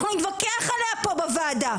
אנחנו נתווכח עליה פה בוועדה.